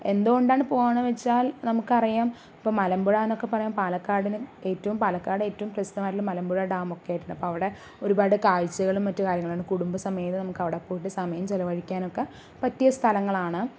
എന്തുകൊണ്ടാണ് പോണെ വെച്ചാൽ നമുക്ക് അറിയാം ഇപ്പോൾ മലമ്പുഴ എന്നൊക്കെ പറയും പാലക്കാടിനെ ഏറ്റവും പാലക്കാട് ഏറ്റവും പ്രസിദ്ധം ആയിട്ടുള്ള മലമ്പുഴ ഡാം ഒക്കെ ആയിട്ടാണ് അപ്പോൾ അവിടെ ഒരുപാട് കാഴ്ചകളും മറ്റുകാര്യങ്ങളും ആണ് കുടുംബസമേതം നമുക്ക് അവിടെ പോയിട്ട് സമയം ചിലവഴിക്കാൻ ഒക്കെ പറ്റിയ സ്ഥലങ്ങളാണ്